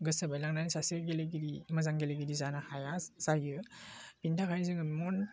गोसो बायलांनानै सासे गेलेगिरि मोजां गेलेगिरि जानो हाया जायो बेनि थाखायनो जोङो मन